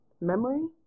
memory